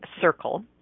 circle